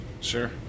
Sure